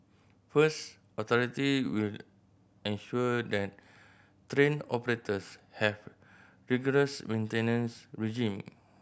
first authority will ensure that train operators have rigorous maintenance regime